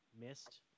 missed